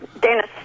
Dennis